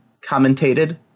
commentated